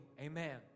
Amen